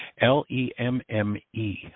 L-E-M-M-E